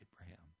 Abraham